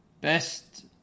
best